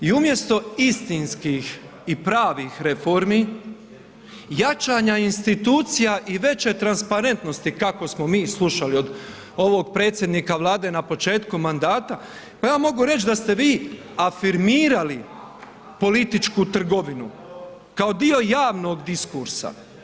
I umjesto istinskih i pravih reformi, jačanja institucija i veće transparentnosti kako smo mi slušali od ovog predsjednika Vlade na početku mandata, pa ja mogu reći da ste vi afirmirali političku trgovinu kao dio javnog diskursa.